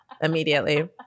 immediately